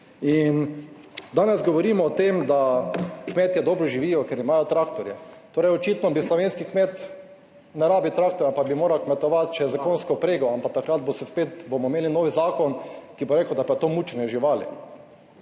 In danes govorimo o tem, da kmetje dobro živijo, ker imajo traktorje. Torej očitno bi slovenski kmet, ne rabi traktorja, pa bi moral kmetovati še s konjsko vprego, ampak takrat se bo spet, bomo imeli novi zakon, ki bo rekel, da pa je to mučenje živali.